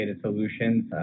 Solutions